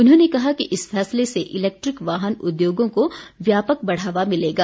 उन्होंने कहा कि इस फैसले से इलेक्ट्रिक वाहन उद्योगों को व्यापक बढ़ावा मिलेगा